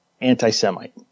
anti-Semite